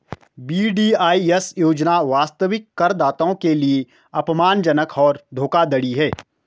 VDIS योजना वास्तविक करदाताओं के लिए अपमानजनक और धोखाधड़ी है